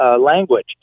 language